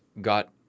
got